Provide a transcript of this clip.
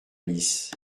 lys